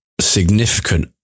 Significant